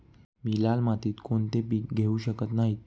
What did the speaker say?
मी लाल मातीत कोणते पीक घेवू शकत नाही?